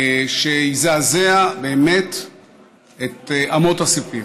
שיזעזע באמת את אמות הסיפים.